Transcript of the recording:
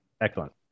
excellent